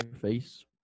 face